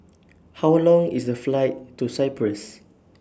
How Long IS The Flight to Cyprus